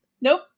Nope